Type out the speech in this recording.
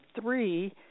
three